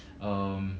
um